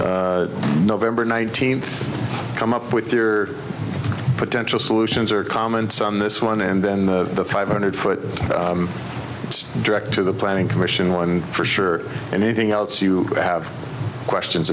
on november nineteenth come up with your potential solutions or comments on this one and then the five hundred foot direct to the planning commission one for sure and anything else you have questions